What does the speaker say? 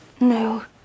No